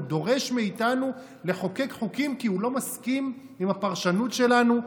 הוא דורש מאיתנו לחוקק חוקים כי הוא לא מסכים לפרשנות שלנו?